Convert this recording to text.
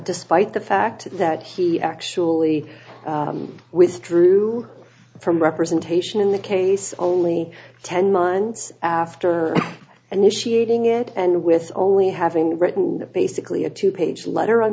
despite the fact that he actually withdrew from representation in the case only ten months after an issue eating it and with only having written basically a two page letter on